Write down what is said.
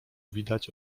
widać